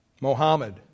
Mohammed